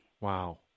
Wow